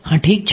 હા ઠીક છે